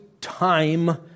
time